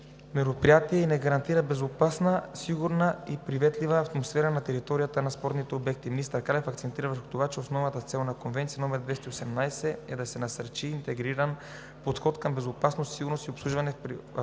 мероприятие и не гарантира безопасна, сигурна и приветлива атмосфера на територията на спортните обекти. Министър Кралев акцентира върху това, че основната цел на Конвенцията № 218 е да се насърчи интегриран подход към безопасност, сигурност и обслужване, в прилагането